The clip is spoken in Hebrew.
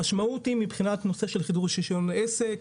המשמעות היא מבחינת נושא חידוש רישיון עסק,